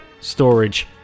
storage